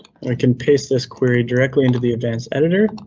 i can paste this query directly into the advanced dditor